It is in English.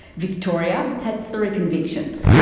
victoria had three convictions.